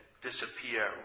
disappear